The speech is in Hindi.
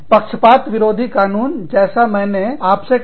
पक्षपात विरोधी कानून जैसा मैंने आपसे कहा